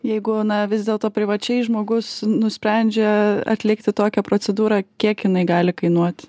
jeigu na vis dėlto privačiai žmogus nusprendžia atlikti tokią procedūrą kiek jinai gali kainuot